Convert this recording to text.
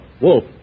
Wolf